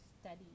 study